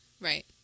Right